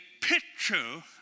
picture